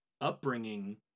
upbringing